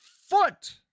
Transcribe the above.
foot